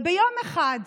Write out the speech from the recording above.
ביום אחד,